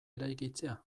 eraikitzea